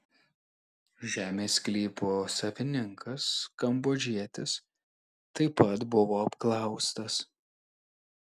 žemės sklypo savininkas kambodžietis taip pat buvo apklaustas